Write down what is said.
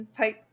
insightful